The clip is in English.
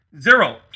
Zero